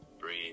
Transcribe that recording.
breathe